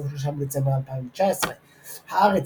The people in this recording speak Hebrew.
23 בדצמבר 2019 הארץ,